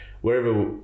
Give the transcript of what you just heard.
wherever